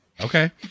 Okay